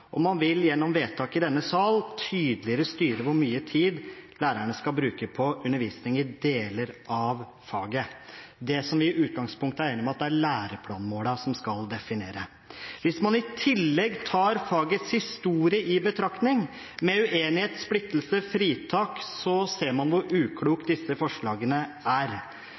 og man vil gjennom vedtak i denne sal tydeligere styre hvor mye tid lærerne skal bruke på undervisning i deler av faget, det som vi i utgangspunktet er enige om at det er læreplanmålene som skal definere. Hvis man i tillegg tar fagets historie i betraktning, med uenighet, splittelse og fritak, ser man hvor ukloke disse forslagene er.